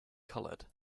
coloured